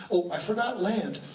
oh, i forgot land,